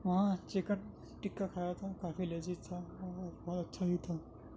وہاں چکن ٹکہ کھایا تھا کافی لذیذ تھا بہت بہت اچھا ہی تھا